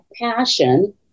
passion